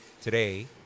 Today